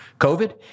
COVID